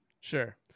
Sure